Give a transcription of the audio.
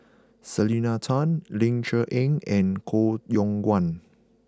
Selena Tan Ling Cher Eng and Koh Yong Guan